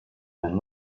van